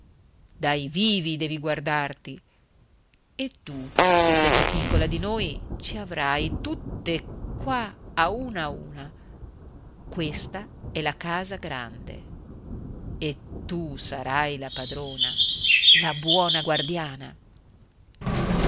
dai vivi devi guardarti e tu che sei più piccola di noi ci avrai tutte qua a una a una questa è la casa grande e tu sarai la padrona e la buona guardiana